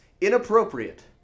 inappropriate